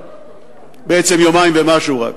בעצם יומיים ומשהו רק.